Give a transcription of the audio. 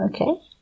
Okay